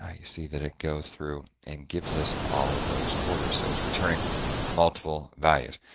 ah you see that it goes through and gives us all of those orders. so, it's returning multiple values.